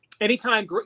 anytime